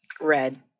Red